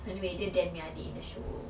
anyway dia dan punya adik in the show